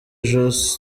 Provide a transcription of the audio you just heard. joss